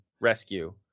rescue